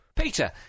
Peter